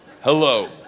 Hello